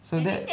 so that